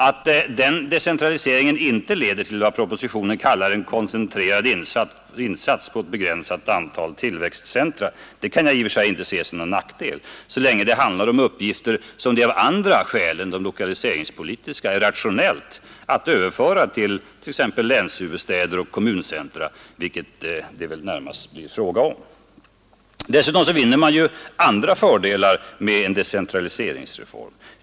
Att den decentraliseringen inte leder till vad propositionen kallar en ”koncentrerad insats på ett begränsat antal tillväxtcentra” kan jag i och för sig inte se som någon nackdel, så länge det handlar om uppgifter som det av andra skäl än de lokaliseringspolitiska är rationellt att överföra till t.ex. länshuvudstäder och kommuncentra, vilket det väl närmast blir fråga om. Dessutom vinner man andra fördelar med en decentraliseringsreform.